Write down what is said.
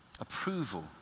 approval